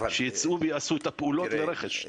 שיצאו ויעשו את הפעולות לרכש.